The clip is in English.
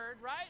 right